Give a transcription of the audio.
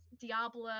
diablo